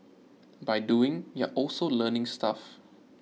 by doing you're also learning stuff